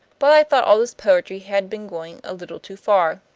but i thought all this poetry had been going a little too far.